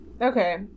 Okay